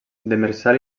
demersal